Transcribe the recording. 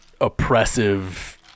oppressive